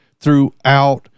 throughout